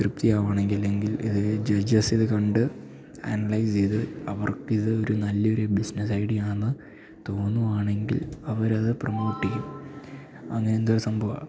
ത്രിപ്തിയാവ്വാണെങ്കിൽ അല്ലെങ്കിൽ ജെഡ്ജസിത് കണ്ട് അനലൈസ് ചെയ്ത് അവർക്ക് ഇത് ഒരു നല്ലൊരു ബിസ്നെസ്സൈഡ്യാന്ന് തോന്നുവാണെങ്കിൽ അവരത് പ്രമോട്ട് ചെയ്യും അങ്ങനെന്തോ ഒരു സംഭവാ